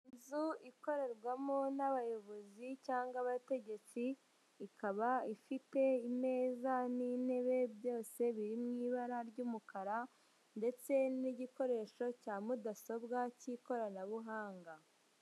Inzu ikorerwamo n'abayobozi cyangwa abategetsi; ikaba ifite imeza n'intebe byose biri mu ibara ry'umukara ndetse n'igikoresho cya mudasobwa cy'ikoranabuhanga.